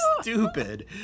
stupid